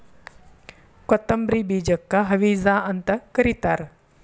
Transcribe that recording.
ಕೊತ್ತಂಬ್ರಿ ಬೇಜಕ್ಕ ಹವಿಜಾ ಅಂತ ಕರಿತಾರ